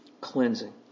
cleansing